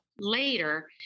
later